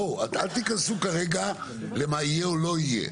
בואו אל תיכנסו כרגע למה יהיה או לא יהיה,